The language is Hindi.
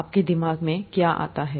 आपके दिमाग में क्या आता है